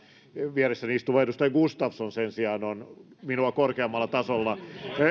vieressäni istuva edustaja gustafsson sen sijaan on minua korkeammalla tasolla